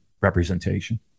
representation